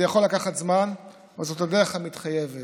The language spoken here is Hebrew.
זה יכול לקחת זמן, אבל זאת הדרך המתחייבת